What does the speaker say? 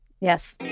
Yes